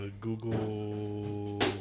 Google